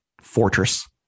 Fortress